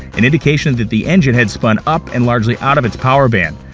an indication that the engine had spun up and largely out of its power band.